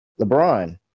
LeBron